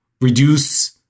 reduce